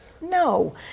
No